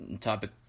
topic